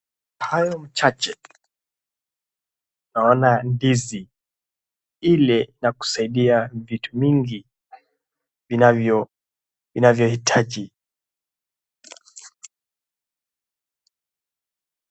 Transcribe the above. Hayo machache naona ndizi, ile ya kusaidia vitu mingi inayohitaji inavyo hitaji.